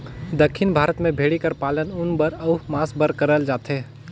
दक्खिन भारत में भेंड़ी कर पालन ऊन बर अउ मांस बर करल जाथे